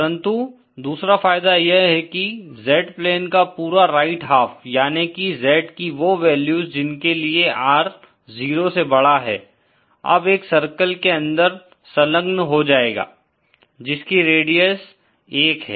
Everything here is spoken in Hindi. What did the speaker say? परन्तु दूसरा फायदा यह है की Z प्लेन का पूरा राइट हाफ याने की Z की वो वैल्यूज जिनके लिए r 0 से बड़ा है अब एक सर्किल के अंदर संलग्न हो जायेगा जिसकी रेडियस 1 है